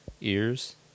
ears